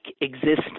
existence